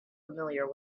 familiar